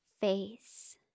face